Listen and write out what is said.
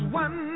one